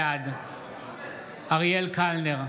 בעד אריאל קלנר,